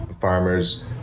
farmers